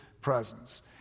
presence